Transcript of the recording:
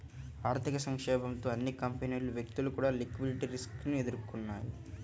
ఆర్థిక సంక్షోభంతో అన్ని కంపెనీలు, వ్యక్తులు కూడా లిక్విడిటీ రిస్క్ ఎదుర్కొన్నయ్యి